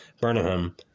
Burnham